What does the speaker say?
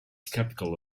skeptical